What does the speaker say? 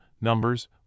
numbers